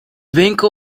winkel